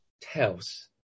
tells